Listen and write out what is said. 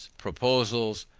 proposals,